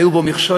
והיו בו מכשולים,